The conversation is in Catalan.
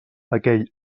aquell